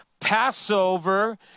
passover